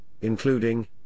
including